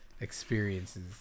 experiences